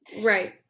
right